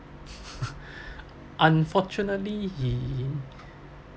unfortunately he